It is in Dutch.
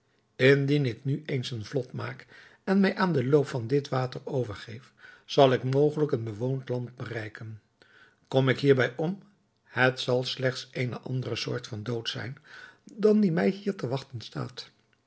indien ik nu eens een vlot maak en mij aan den loop van dit water overgeef zal ik mogelijk een bewoond land bereiken kom ik hierbij om het zal slechts eene andere soort van dood zijn dan die mij hier te wachten staat